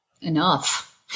enough